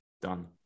Done